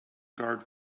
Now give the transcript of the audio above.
guard